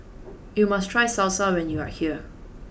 you must try Salsa when you are here